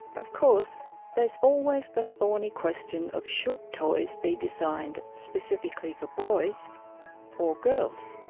of course there is always the thorny question of should toys be designed specifically for boys or girls.